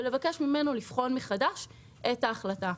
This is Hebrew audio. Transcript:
ולבקש ממנו לבחון מחדש את ההחלטה,